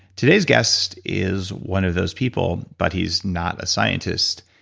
today's guest is one of those people, but he's not a scientist.